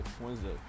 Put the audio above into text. Wednesday